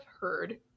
heard